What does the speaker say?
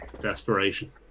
desperation